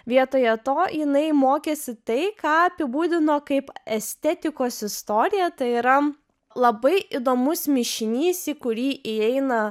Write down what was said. vietoje to jinai mokėsi tai ką apibūdino kaip estetikos istoriją tai yra labai įdomus mišinys į kurį įeina